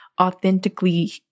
authentically